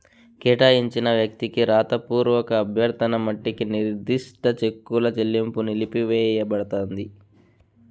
కేటాయించిన వ్యక్తికి రాతపూర్వక అభ్యర్థన మట్టికి నిర్దిష్ట చెక్కుల చెల్లింపు నిలిపివేయబడతాంది